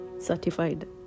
certified